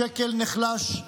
השקל נחלש,